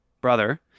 brother